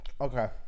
Okay